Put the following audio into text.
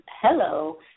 hello